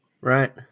Right